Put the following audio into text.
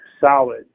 solid